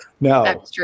No